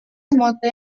monte